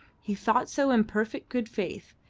he thought so in perfect good faith,